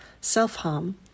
self-harm